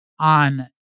on